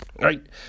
right